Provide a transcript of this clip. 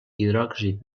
hidròxid